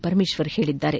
ಪರಮೇಶ್ವರ್ ಹೇಳಿದ್ದಾರೆ